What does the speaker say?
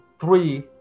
three